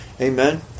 Amen